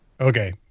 Okay